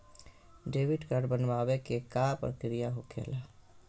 Debit card बनवाने के का प्रक्रिया होखेला?